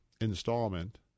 installment